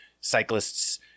cyclists